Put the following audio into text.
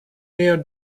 near